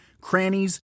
crannies